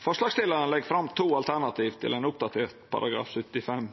Forslagsstillarane legg fram to alternativ til ein